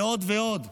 ועוד ועוד.